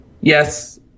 Yes